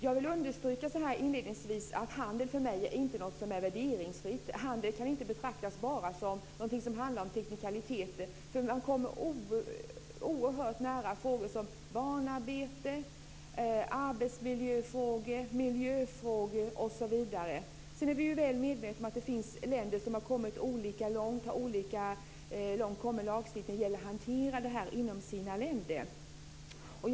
Herr talman! Jag vill inledningsvis understryka att handel för mig inte är värderingsfritt. Handel kan inte betraktas bara som någonting som handlar om teknikaliteter. Frågor om barnarbete, arbetsmiljö, miljö osv. kommer oerhört nära. Sedan är vi väl medvetna om att olika länder har kommit olika långt och har olika lagstiftning när det gäller att hantera detta inom landet.